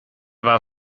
war